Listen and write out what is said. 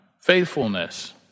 faithfulness